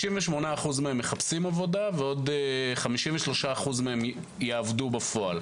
68% מהם מחפשים עבודה, ועוד 53% מהם יעבדו בפועל.